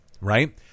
right